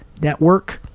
network